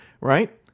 right